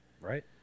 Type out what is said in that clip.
Right